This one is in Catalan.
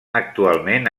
actualment